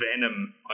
venom